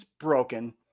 broken